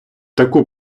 таку